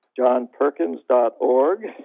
JohnPerkins.org